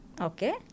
Okay